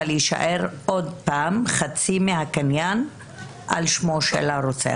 אבל יישאר עוד פעם חצי מהקניין על שמו של הרוצח.